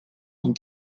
d’une